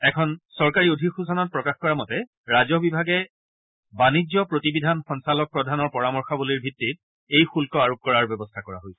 এখন অধিসূচনাত প্ৰকাশ কৰা মতে ৰাজহ বিভাগে বানিজ্য প্ৰতিবিধান সঞ্চালকপ্ৰধানৰ পৰামৰ্শাৱলীৰ ভিত্তিত এই শুব্ব আৰোপ কৰাৰ ব্যৱস্থা কৰা হৈছে